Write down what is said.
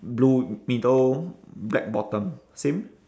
blue middle black bottom same